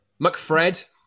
McFred